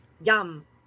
Yum